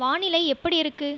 வானிலை எப்படி இருக்குது